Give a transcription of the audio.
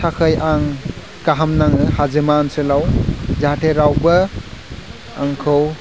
थाखाय आं गाहाम नाङो हाजोमा ओनसोलाव जाहाथे रावबो आंखौ